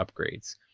upgrades